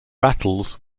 rattles